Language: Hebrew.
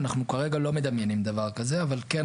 אנחנו כרגע לא מדמיינים דבר כזה,